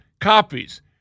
copies